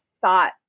thought